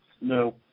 No